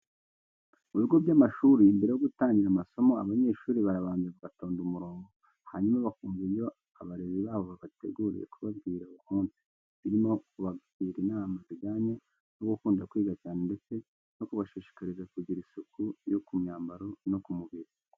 Mu bigo by'amashuri mbere yo gutangira amasomo, abanyeshuri barabanza bagatonda umurongo, hanyuma bakumva ibyo abarezi babo babateguriye kubabwira uwo munsi, birimo kubagira inama zijyanye no gukunda kwiga cyane ndetse no kubashishikariza kugira isuku yo ku myambaro no ku mubiri.